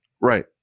right